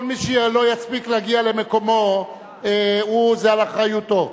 כל מי שלא יספיק להגיע למקומו, זה על אחריותו.